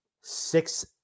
six